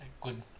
good